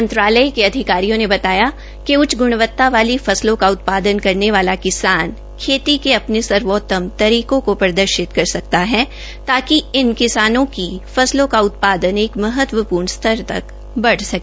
मंत्रालय के अधिकारियों के अधिकारियों ने बताया कि उच्च ग्रणवता वाली फसलों का उत्पादन करने वाला किसान खेती के अपने सर्वोतम तरीकों को प्रर्दशित कर सकता है ताकि इन किसानों की फसलों का उत्पादन एक महत्वपूर्ण स्तर तक बढ़ सके